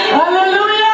hallelujah